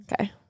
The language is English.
Okay